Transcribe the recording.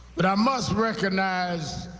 but i must recognize